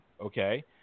Okay